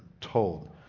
told